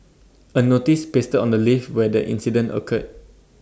A notice pasted on the lift where the incident occurred